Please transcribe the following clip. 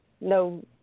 no